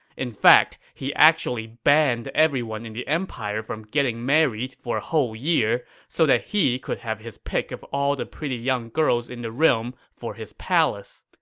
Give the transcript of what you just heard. in fact, he actually banned everyone in the empire from getting married for a whole year so that he could have his pick of all the pretty young girls in the realm for his palace.